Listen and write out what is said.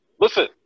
Listen